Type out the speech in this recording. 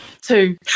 two